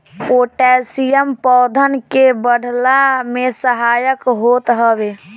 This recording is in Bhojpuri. पोटैशियम पौधन के बढ़ला में सहायक होत हवे